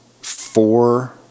four